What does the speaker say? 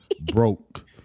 broke